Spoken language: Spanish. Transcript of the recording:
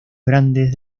grandes